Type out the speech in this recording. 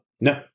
No